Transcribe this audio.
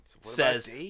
says